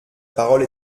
parole